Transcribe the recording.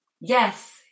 Yes